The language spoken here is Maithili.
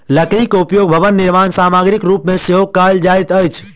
लकड़ीक उपयोग भवन निर्माण सामग्रीक रूप मे सेहो कयल जाइत अछि